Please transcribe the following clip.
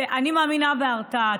אני מאמינה בהרתעה.